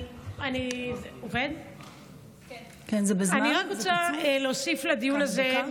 אני רק רוצה להוסיף לדיון הזה,